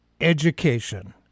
education